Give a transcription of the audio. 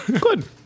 good